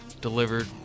delivered